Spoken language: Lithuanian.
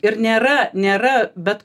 ir nėra nėra bet